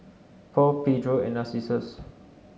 Paul Pedro and Narcissus